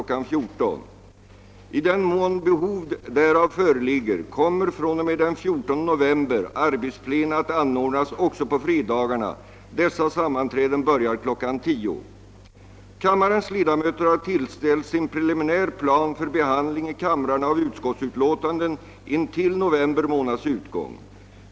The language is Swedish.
14.00. I den mån behov därav föreligger kommer fr.o.m. den 14 november arbetsplena att anordnas också på fredagarna. Dessa sammanträden börjar kl. 10.00. Kammarens ledamöter har tillställts en preliminär plan för behandling i kamrarna av utskottsutlåtanden intill november månads utgång.